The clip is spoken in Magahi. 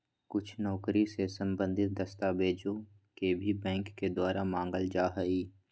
कुछ नौकरी से सम्बन्धित दस्तावेजों के भी बैंक के द्वारा मांगल जा हई